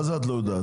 מה זה את לא יודעת?